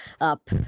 up